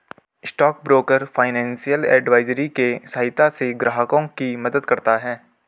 stock broker financial advisory के सहायता से ग्राहकों की मदद करता है